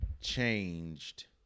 changed